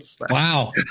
Wow